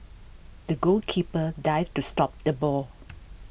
the goalkeeper dived to stop the ball